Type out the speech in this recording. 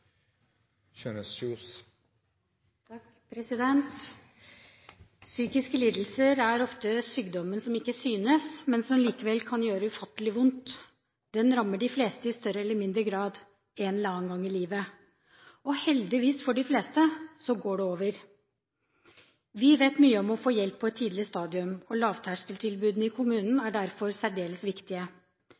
ofte sykdommen som ikke synes, men som likevel kan gjøre ufattelig vondt. Den rammer de fleste i større eller mindre grad en eller annen gang i livet, og heldigvis, for de fleste går det over. Vi vet mye om å få hjelp på et tidlig stadium, og lavterskeltilbudene i kommunen er derfor særdeles viktige.